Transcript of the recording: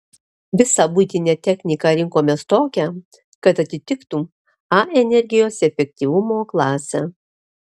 visą buitinę techniką rinkomės tokią kad atitiktų a energijos efektyvumo klasę